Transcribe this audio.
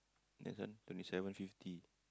this one twenty seven fifty